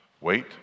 Wait